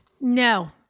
No